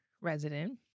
resident